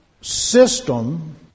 system